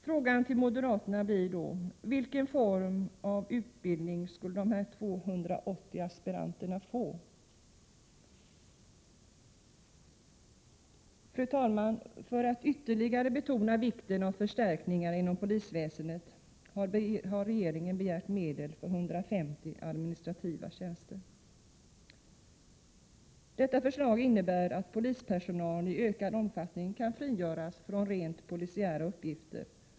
Frågan till moderaterna blir då: Vilken form av utbildning skall dessa 280 aspiranter få? Fru talman! För att ytterligare betona vikten av förstärkningar inom polisväsendet har regeringen begärt medel för 150 administrativa tjänster. Detta innebär att polispersonal i ökad omfattning kan frigöras för rent polisiära uppgifter.